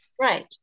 Right